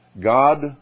God